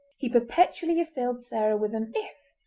he perpetually assailed sarah with an if!